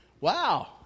Wow